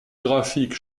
graphique